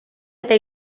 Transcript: eta